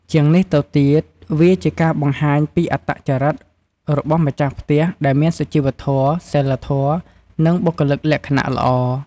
ជាងនេះទៅទៀត វាជាការបង្ហាញពីអត្តចរិតរបស់ម្ចាស់ផ្ទះ ដែលមានសុជីវធម៌ សីលធម៌ និងបុគ្គលិកលក្ខណៈល្អ។